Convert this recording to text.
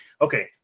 okay